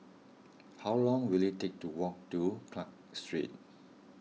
how long will it take to walk to Clarke Street